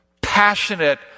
passionate